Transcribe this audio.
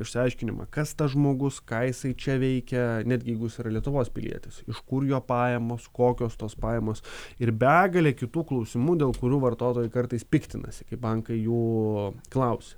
išsiaiškinima kas tas žmogus ką jisai čia veikia net gi jeigu jis yra lietuvos pilietis iš kur jo pajamos kokios tos pajamos ir begalė kitų klausimų dėl kurių vartotojai kartais piktinasi kai bankai jų klausia